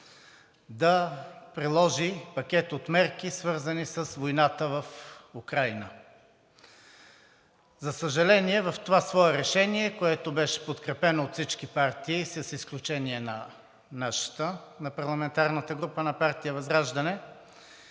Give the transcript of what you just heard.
да приложи пакет от мерки, свързани с войната в Украйна. За съжаление в това свое решение, което беше подкрепено от всички партии с изключение на парламентарната група на партия ВЪЗРАЖДАНЕ,